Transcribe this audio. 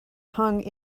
hung